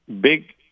Big